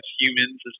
humans